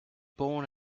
born